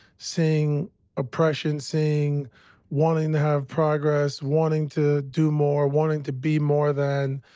seeing oppression, seeing wanting to have progress, wanting to do more, wanting to be more than,